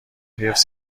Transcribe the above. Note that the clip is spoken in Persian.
حفظ